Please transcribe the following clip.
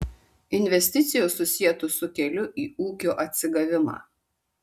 investicijos susietos su keliu į ūkio atsigavimą